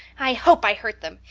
i hope i hurt them.